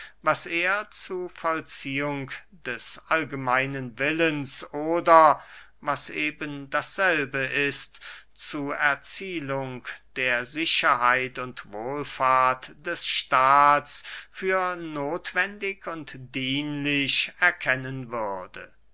was er zu vollziehung des allgemeinen willens oder was eben dasselbe ist zu erzielung der sicherheit und wohlfahrt des staats für nothwendig und dienlich erkennen würde